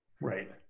Right